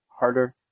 harder